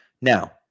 Now